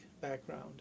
background